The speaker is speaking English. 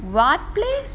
what place